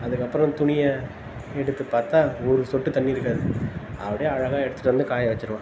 அதுக்கப்புறம் துணியை எடுத்து பார்த்தா ஒரு சொட்டு தண்ணி இருக்காது அப்படியே அழகாக எடுத்துகிட்டு வந்து காய வெச்சுருவேன்